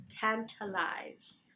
tantalize